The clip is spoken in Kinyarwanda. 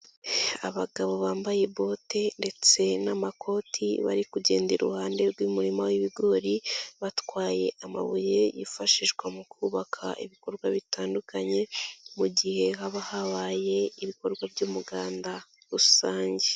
Abagabo bambaye bote ndetse n'amakoti bari kugenda iruhande rw'umurima w'ibigori, batwaye amabuye, yifashishwa mu kubaka ibikorwa bitandukanye, mu gihe haba habaye ibikorwa by'umuganda rusange.